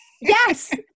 Yes